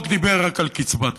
והחוק דיבר רק על קצבת הנכות.